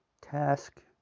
task